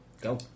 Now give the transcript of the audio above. Go